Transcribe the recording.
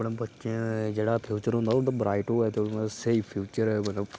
अपने बच्चें दा जेह्ड़ा फ्यूचर होंदा ऐ ब्राइट होऐ ते ओह् मतलब स्हेई फ्यूचर मतलब